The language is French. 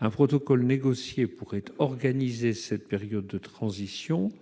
Un protocole négocié pourrait organiser cette période de transition.